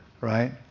Right